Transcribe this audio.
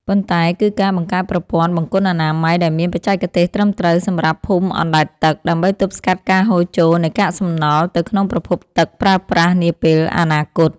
ប៉ុន្តែគឺការបង្កើតប្រព័ន្ធបង្គន់អនាម័យដែលមានបច្ចេកទេសត្រឹមត្រូវសម្រាប់ភូមិអណ្តែតទឹក ដើម្បីទប់ស្កាត់ការហូរចូលនៃកាកសំណល់ទៅក្នុងប្រភពទឹកប្រើប្រាស់នាពេលអនាគត។